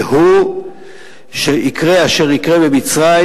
והוא שיקרה אשר יקרה במצרים,